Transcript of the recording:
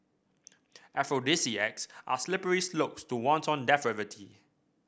aphrodisiacs are slippery slopes to wanton depravity